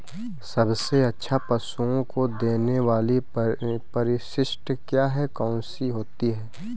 सबसे अच्छा पशुओं को देने वाली परिशिष्ट क्या है? कौन सी होती है?